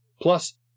plus